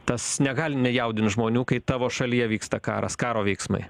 tas negali nejaudint žmonių kai tavo šalyje vyksta karas karo veiksmai